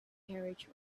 carriage